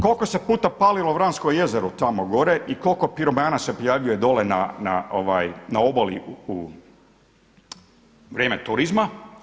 Koliko se puta palilo Vransko jezero tamo gore i koliko piromana se prijavljuje dole na obali u vrijeme turizma.